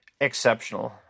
exceptional